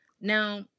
Now